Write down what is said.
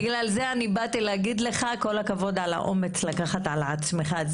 בגלל זה באתי להגיד לך כל הכבוד על האומץ לקחת על עצמך.